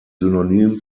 synonym